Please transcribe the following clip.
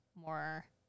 more